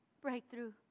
breakthrough